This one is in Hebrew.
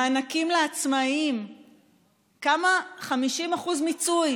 מענקים לעצמאים, כמה, 50% מיצוי